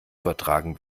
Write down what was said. übertragen